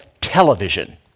television